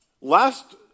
Last